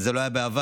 זה לא היה בעבר.